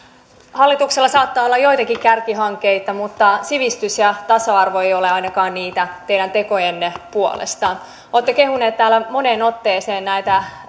hallituksella saattaa olla joitakin kärkihankkeita mutta sivistys ja tasa arvo eivät ainakaan niitä ole teidän tekojenne puolesta olette kehuneet täällä moneen otteeseen näitä